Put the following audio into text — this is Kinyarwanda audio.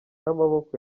y’amaboko